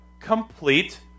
Complete